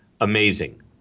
amazing